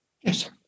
Yes